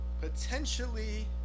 potentially